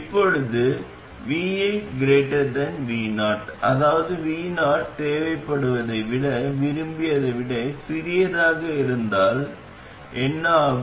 இப்போது vi vo அதாவது vo தேவைப்படுவதை விட விரும்பியதை விட சிறியதாக இருந்தால் என்ன ஆகும்